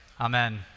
Amen